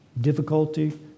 difficulty